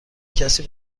کسی